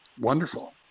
wonderful